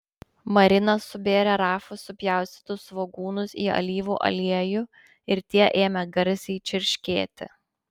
marina subėrė rafos supjaustytus svogūnus į alyvų aliejų ir tie ėmė garsiai čirškėti